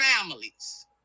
families